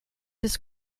this